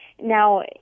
Now